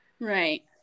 Right